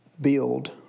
build